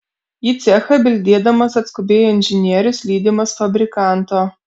į cechą bildėdamas atskubėjo inžinierius lydimas fabrikanto